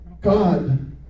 God